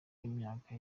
imyaka